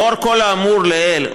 לאור כל האמור לעיל,